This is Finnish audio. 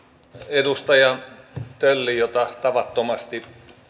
edustaja töllille jota tavattomasti